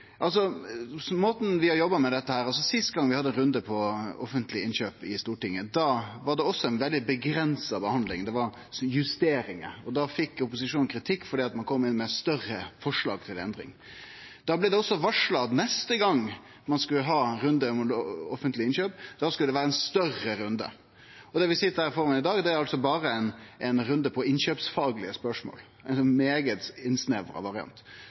vi hadde ein runde på offentlege innkjøp i Stortinget, var det også ei veldig avgrensa behandling, det var justeringar, og då fekk opposisjonen kritikk fordi ein kom med forslag til større endringar. Då blei det også varsla at neste gong ein skulle ha ein runde om offentlege innkjøp, skulle det vera ein større runde. Og det vi sit med her i dag, er altså berre ein runde på innkjøpsfaglege spørsmål – ein svært innsnevra variant. Det verkar som